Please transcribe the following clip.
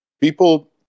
People